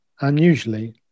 unusually